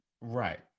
Right